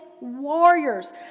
warriors